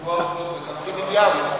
0.5 מיליארדים.